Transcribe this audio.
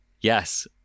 yes